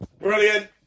Brilliant